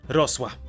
rosła